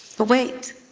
but wait,